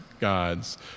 God's